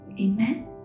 Amen